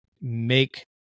make